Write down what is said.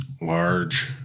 Large